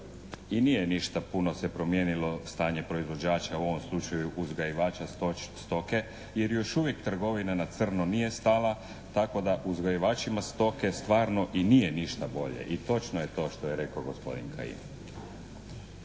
I nije ništa puno se promijenilo stanje proizvođača u ovom slučaju uzgajivača stoke jer još uvijek trgovina na crno nije stala tako da uzgajivačima stoke stvarno i nije ništa bolje. I točno je to što je rekao gospodin Kajin.